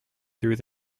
through